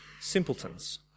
simpletons